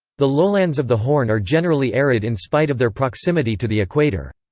the lowlands of the horn are generally arid in spite of their proximity to the equator.